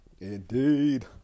Indeed